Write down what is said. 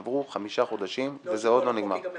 עברו חמישה חודשים, וזה עוד לא נגמר.